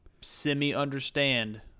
semi-understand